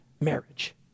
marriage